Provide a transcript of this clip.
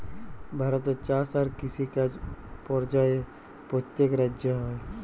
ভারতে চাষ আর কিষিকাজ পর্যায়ে প্যত্তেক রাজ্যে হ্যয়